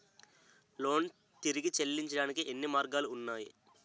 Loan తిరిగి చెల్లించటానికి ఎన్ని మార్గాలు ఉన్నాయి?